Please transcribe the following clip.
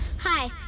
Hi